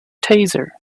taser